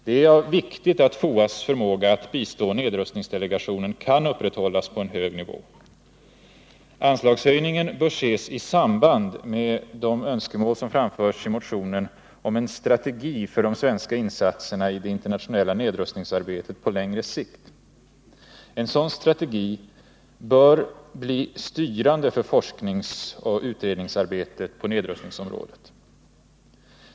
Det är av vikt att FOA:s förmåga att bistå nedrustningsdelegationen kan upprätthållas på en hög nivå. Anslagshöjningen bör ses i samband med de önskemål som framförs i motionen om en strategi för de svenska insatserna i det internationella nedrustningsarbetet på längre sikt. En sådan strategi bör bli styrande för forskningsoch utredningsarbetet på nedrustningsområdet.